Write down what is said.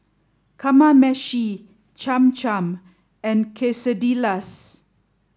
Kamameshi Cham Cham and Quesadillas